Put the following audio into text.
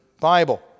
Bible